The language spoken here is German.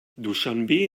duschanbe